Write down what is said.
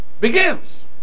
begins